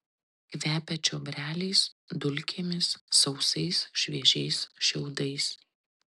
kvepia čiobreliais dulkėmis sausais šviežiais šiaudais